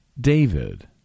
David